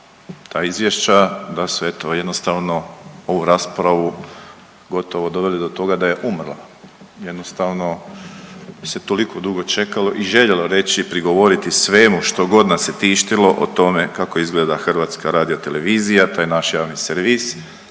ta izvješća, da ste eto jednostavno ovu raspravu gotovo doveli do toga da je umrla, jednostavno se toliko dugo čekalo i željelo reći i prigovoriti svemu što god nas je tištilo o tome kako izgleda HRT, to je naš javni servis,